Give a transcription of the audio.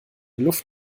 luft